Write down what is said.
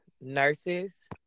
nurses